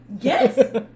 Yes